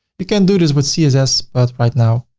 you can do this with css but right now,